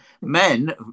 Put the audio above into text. men